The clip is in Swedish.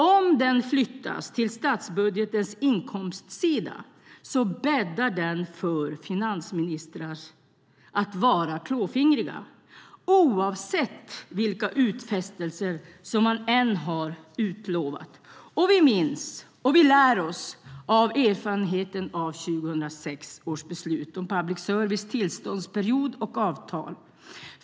Om detta flyttas till statsbudgetens inkomstsida bäddar det för finansministrar att vara klåfingriga, oavsett vilka utfästelser man gör. Vi minns och lär oss av erfarenheten från 2006 års beslut om public services tillståndsperiod och avtal.